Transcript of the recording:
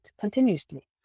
continuously